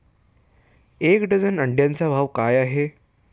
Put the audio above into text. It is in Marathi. एक डझन अंड्यांचा भाव काय आहे?